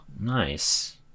nice